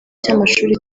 cy’amashuri